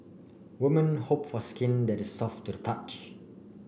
woman hope for skin that is soft to the touch